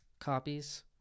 copies